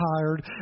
tired